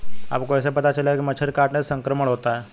आपको कैसे पता चलेगा कि मच्छर के काटने से संक्रमण होता है?